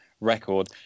record